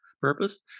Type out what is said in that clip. purpose